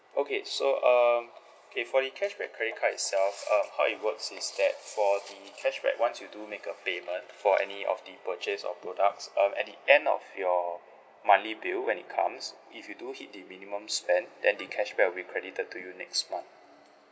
okay so um okay for the cashback credit card itself um how it works is that for the cashback once you do make a payment for any of the purchase of products um at the end of your monthly bill when it comes if you do hit the minimum spend then the cashback will be credited to you next month